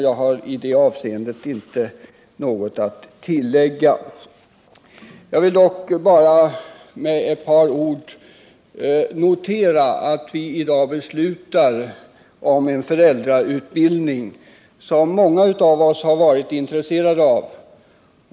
Jag har i det avseendet inte något att tillägga. Jag vil! dock med ett par ord notera att vi i dag beslutar om en föräldrautbildning som många av oss har varit intresserade av.